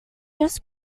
just